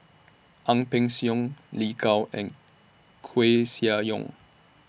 Ang Peng Siong Lin Gao and Koeh Sia Yong